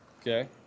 Okay